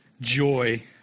joy